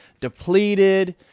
depleted